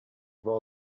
voir